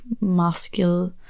masculine